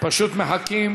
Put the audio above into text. פשוט מחכים